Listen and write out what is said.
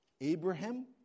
Abraham